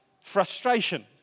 Frustration